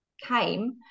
came